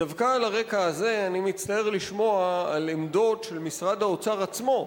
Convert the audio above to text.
דווקא על הרקע הזה אני מצטער לשמוע על עמדות של משרד האוצר עצמו,